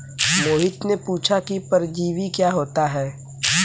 मोहित ने पूछा कि परजीवी क्या होता है?